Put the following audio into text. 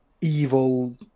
evil